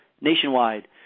nationwide